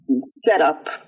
setup